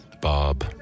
Bob